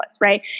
right